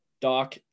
doc